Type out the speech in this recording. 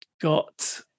got